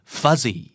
fuzzy